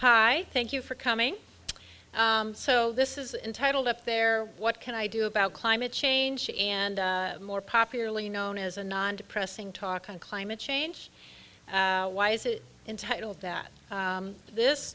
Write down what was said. hi thank you for coming so this is entitled up there what can i do about climate change and more popularly known as a non depressing talk on climate change why is it in title that this